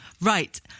Right